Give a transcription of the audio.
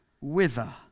wither